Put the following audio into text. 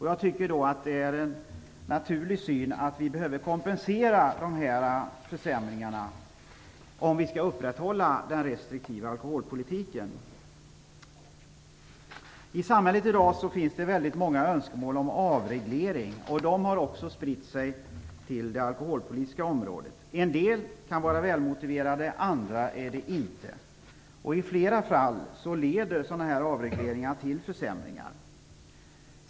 Jag tycker att det är naturligt att vi behöver kompensera de försämringarna, om vi skall upprätthålla den restriktiva alkoholpolitiken. I samhället i dag finns många önskemål om avreglering. De har också spritt sig till det alkoholpolitiska området. En del kan vara välmotiverade, andra är det inte. I flera fall leder sådana här avregleringar till försämringar.